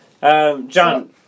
John